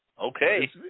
Okay